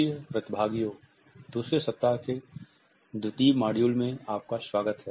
प्रिय प्रतिभागियों दूसरे सप्ताह के द्वितीय मॉड्यूल में आपका स्वागत है